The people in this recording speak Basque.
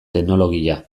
teknologia